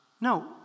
No